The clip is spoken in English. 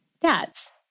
dads